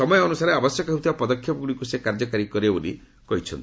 ସମୟ ଅନୁସାରେ ଆବଶ୍ୟକ ହେଉଥିବା ପଦକ୍ଷେପଗୁଡ଼ିକୁ ସେ କାର୍ଯ୍ୟକାରି କରିବେ ବୋଲି କହିଛନ୍ତି